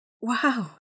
Wow